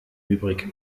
übrig